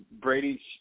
brady